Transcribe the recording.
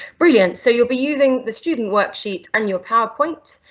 brilliant, so you'll be using the student worksheet, and your powerpoint.